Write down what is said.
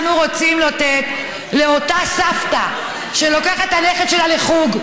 אנחנו רוצים לתת לאותה סבתא שלוקחת את הנכד שלה לחוג,